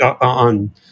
on